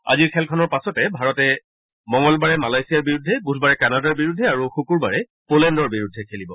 আজিৰ খেলখনৰ পাছত ভাৰতে মঙলবাৰে মালয়েছিয়াৰ বিৰুদ্ধে বুধবাৰে কানাডাৰ বিৰুদ্ধে আৰু শুকূৰবাৰে পলেণ্ডৰ বিৰুদ্ধে খেলিব